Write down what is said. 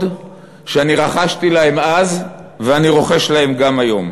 שאני רחשתי להם אז ואני רוחש להם גם היום.